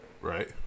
Right